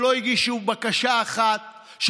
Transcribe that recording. כשלא הגישו בקשה אחת,